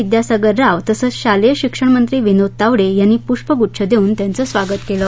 विद्यासागर राव तसेच शालेय शिक्षणमंत्री विनोद तावडे यांनी पृष्पगुच्छ देऊन त्यांचे स्वागत केलं